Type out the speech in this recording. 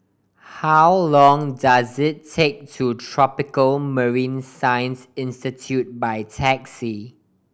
how long does it take to Tropical Marine Science Institute by taxi